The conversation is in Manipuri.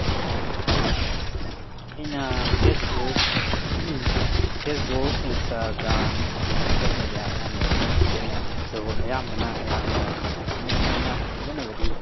ꯑꯩꯅ Facebook Facebook Instagram social media ꯑꯌꯥꯝꯕ ꯈꯔ ꯁꯤꯖꯟꯅꯩ ꯑꯗꯨꯕꯨ ꯑꯌꯥꯝꯕꯅ ꯑꯩꯍꯥꯛꯅ ꯃꯦꯟ ꯑꯣꯏꯅ ꯁꯤꯖꯟꯅꯕꯗꯤ